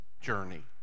journey